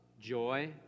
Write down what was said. joy